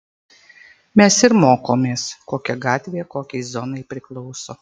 mes ir mokomės kokia gatvė kokiai zonai priklauso